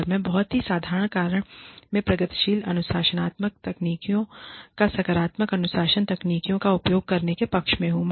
और मैं बहुत ही साधारण कारण से प्रगतिशील अनुशासनात्मक तकनीकों या सकारात्मक अनुशासन तकनीकों का उपयोग करने के पक्ष में हूं